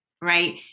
Right